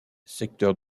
secteur